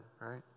right